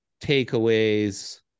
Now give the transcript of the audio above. takeaways